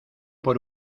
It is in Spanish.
por